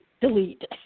delete